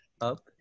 up